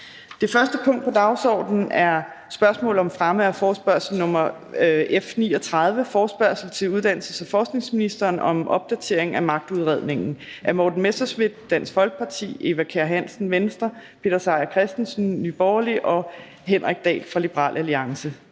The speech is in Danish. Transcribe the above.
Det første punkt på dagsordenen er: 1) Spørgsmål om fremme af forespørgsel nr. F 39: Forespørgsel til uddannelses- og forskningsministeren om opdatering af magtudredningen. Af Morten Messerschmidt (DF), Eva Kjer Hansen (V), Peter Seier Christensen (NB) og Henrik Dahl (LA).